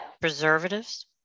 preservatives